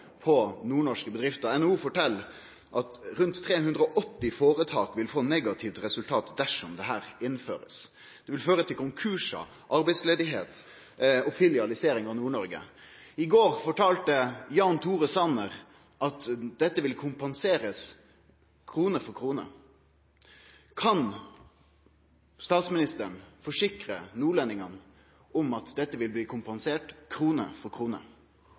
380 føretak vil få negative resultat dersom dette blir innført. Det vil føre til konkursar, arbeidsløyse og filialisering av Nord-Norge. I går fortalte Jan Tore Sanner at dette vil bli kompensert krone for krone. Kan statsministeren forsikre nordlendingane om at dette vil bli kompensert krone for krone?